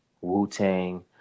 Wu-Tang